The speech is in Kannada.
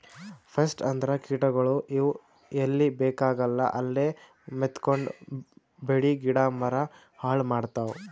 ಪೆಸ್ಟ್ ಅಂದ್ರ ಕೀಟಗೋಳ್, ಇವ್ ಎಲ್ಲಿ ಬೇಕಾಗಲ್ಲ ಅಲ್ಲೇ ಮೆತ್ಕೊಂಡು ಬೆಳಿ ಗಿಡ ಮರ ಹಾಳ್ ಮಾಡ್ತಾವ್